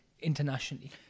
internationally